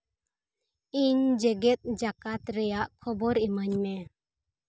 ᱤᱧ ᱡᱮᱜᱮᱫ ᱡᱟᱠᱟᱛ ᱨᱮᱭᱟᱜ ᱠᱷᱚᱵᱚᱨ ᱤᱢᱟᱹᱧ ᱢᱮ